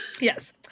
Yes